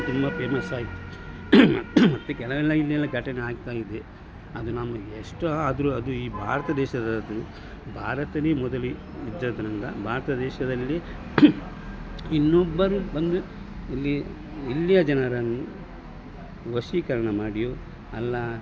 ಅದು ತುಂಬ ಫೇಮಸ್ಸಾಯಿತು ಮತ್ತು ಕೆಲವೆಲ್ಲ ಇನ್ನೆಲ್ಲ ಘಟನೆ ಆಗ್ತಾಯಿದೆ ಅದು ನಮಗೆ ಎಷ್ಟೇ ಆದರೂ ಅದು ಈ ಭಾರತ ದೇಶದ್ದದು ಭಾರತವೇ ಮೊದಲು ಇದ್ದದ್ದರಿಂದ ಭಾರತ ದೇಶದಲ್ಲಿ ಇನ್ನೊಬ್ಬರು ಬಂದು ಇಲ್ಲಿ ಇಲ್ಲಿಯ ಜನರನ್ನು ವಶೀಕರಣ ಮಾಡಿಯೋ ಅಲ್ಲ